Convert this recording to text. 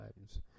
times